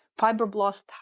fibroblast